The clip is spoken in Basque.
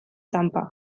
txanpa